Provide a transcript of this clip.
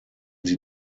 sie